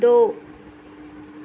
ਦੋ